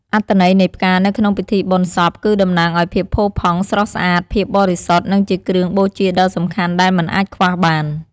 អត្ថន័យនៃផ្កានៅក្នុងពិធីបុណ្យសព គឺតំណាងឲ្យភាពផូរផង់ ស្រស់ស្អាត ភាពបរិសុទ្ធ និងជាគ្រឿងបូជាដ៏សំខាន់ដែលមិនអាចខ្វះបាន។